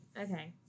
Okay